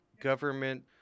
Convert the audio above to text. government